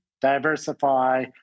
diversify